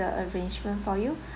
the arrangement for you